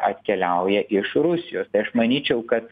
atkeliauja iš rusijos tai aš manyčiau kad